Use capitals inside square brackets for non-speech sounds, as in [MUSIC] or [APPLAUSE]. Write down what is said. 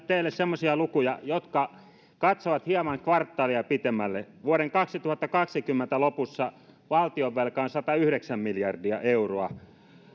[UNINTELLIGIBLE] teille semmoisia lukuja jotka katsovat hieman kvartaalia pitemmälle vuoden kaksituhattakaksikymmentä lopussa valtionvelka on satayhdeksän miljardia euroa